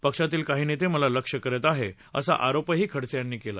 पक्षातील काही नेते मला लक्ष्य करत आहेत असा आरोपही खडसे यांनी केला